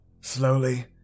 Slowly